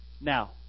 Now